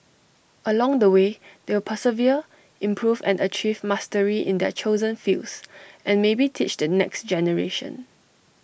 along the way they will persevere improve and achieve mastery in their chosen fields and maybe teach the next generation